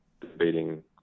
debating